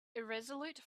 irresolute